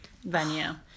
venue